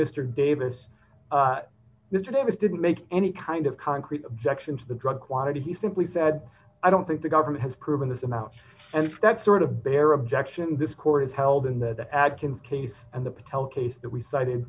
mister davis mister davis didn't make any kind of concrete objection to the drug quantity he simply said i don't think the government has proven this amount and that sort of bear objection this court has held in the adkins case and the patel case that we cited